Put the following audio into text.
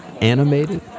animated